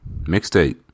Mixtape